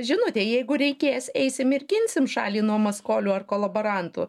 žinutę jeigu reikės eisim ir ginsim šalį nuo maskolių ar kolaborantų